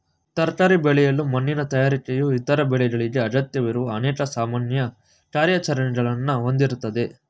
ತರಕಾರಿ ಬೆಳೆಯಲು ಮಣ್ಣಿನ ತಯಾರಿಕೆಯು ಇತರ ಬೆಳೆಗಳಿಗೆ ಅಗತ್ಯವಿರುವ ಅನೇಕ ಸಾಮಾನ್ಯ ಕಾರ್ಯಾಚರಣೆಗಳನ್ನ ಹೊಂದಿರ್ತದೆ